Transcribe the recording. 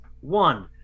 One